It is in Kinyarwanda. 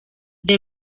the